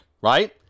right